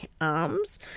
arms